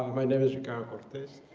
my name is ricardo cortez.